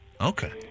okay